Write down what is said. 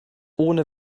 ohne